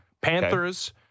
Panthers